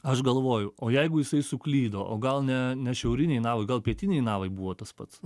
aš galvoju o jeigu jisai suklydo o gal ne ne šiaurinėj navoj gal pietinėj navoj buvo tas pats